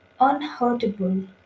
unhurtable